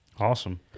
Awesome